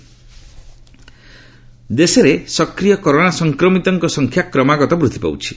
Covid status ଦେଶରେ ସକ୍ରିୟ corona ସଂକ୍ରମିତଙ୍କ ସଂଖ୍ୟା କ୍ରମାଗତ ବୃଦ୍ଧି ପାଉଛି